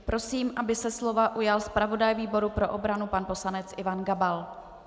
Prosím, aby se slova ujal zpravodaj výboru pro obranu pan poslanec Ivan Gabal.